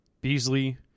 Beasley